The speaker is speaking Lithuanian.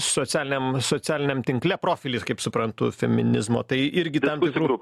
socialiniam socialiniam tinkle profilis kaip suprantu feminizmo tai irgi tam tikrų